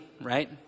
right